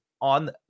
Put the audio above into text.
On